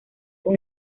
con